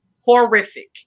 horrific